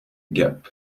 gap